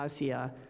Asia